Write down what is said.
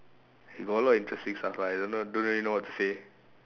I got a lot of interesting stuff but I don't know don't really know what to say